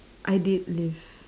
I did live